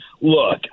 Look